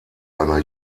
einer